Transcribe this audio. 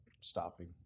stopping